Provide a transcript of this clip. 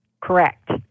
Correct